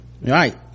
Right